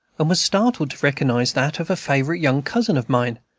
and was startled to recognize that of a favorite young cousin of mine,